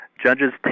judges